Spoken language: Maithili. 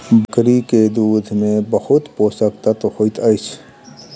बकरी के दूध में बहुत पोषक तत्व होइत अछि